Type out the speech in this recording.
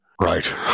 right